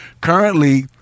Currently